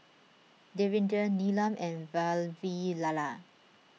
Davinder Neelam and Vavilala